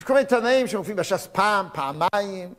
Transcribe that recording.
יש כל מיני תנאים שמופיעים בש"ס פעם, פעמיים